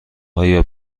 آیا